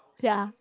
ya